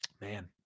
man